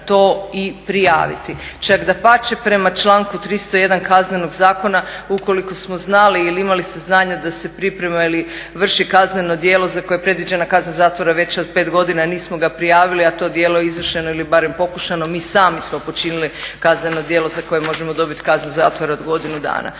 to i prijaviti, čak dapače prema članku 301. Kaznenog zakona ukoliko smo znali ili imali saznanje da se priprema ili vrši kazneno djelo za koje je predviđena kazna zatvora veća od 5 godina a nismo ga prijavili, a to djelo je izvršeno ili barem pokušano mi sami smo počinili kazneno djelo za koje možemo dobiti kaznu zatvora od godinu dana.